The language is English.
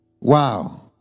Wow